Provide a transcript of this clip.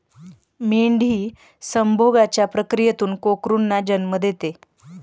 मेंढी संभोगाच्या प्रक्रियेतून कोकरूंना जन्म देते